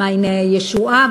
"מעייני הישועה",